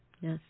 Yes